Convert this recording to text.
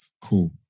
Cool